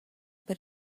but